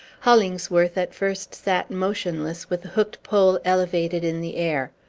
hollingsworth at first sat motionless, with the hooked pole elevated in the air.